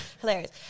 hilarious